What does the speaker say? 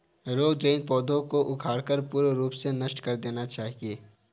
रोग जनित पौधों को उखाड़कर पूर्ण रूप से नष्ट कर देना चाहिये